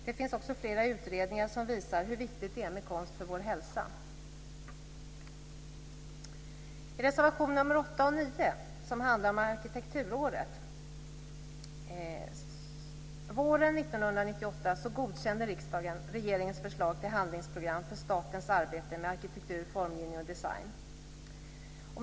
Det finns också flera utredningar som visar hur viktig konst är för vår hälsa. Våren 1998 godkände riksdagen regeringens förslag till handlingsprogram för statens arbete med arkitektur, formgivning och design.